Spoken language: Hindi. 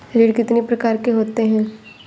ऋण कितनी प्रकार के होते हैं?